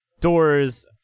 doors